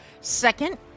Second